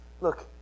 look